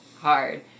hard